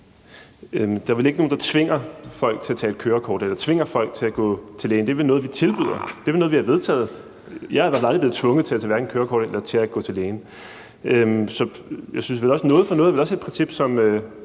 Der er vel ikke nogen, der tvinger folk til at tage et kørekort eller tvinger folk til at gå til lægen. Det er vel noget, vi tilbyder. Det er jo noget, vi har vedtaget. Jeg er i hvert fald aldrig blevet tvunget til at tage kørekort eller til at gå til lægen. Noget for noget er vel også et princip, som